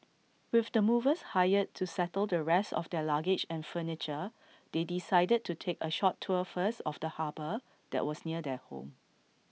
with the movers hired to settle the rest of their luggage and furniture they decided to take A short tour first of the harbour that was near their home